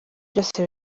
byose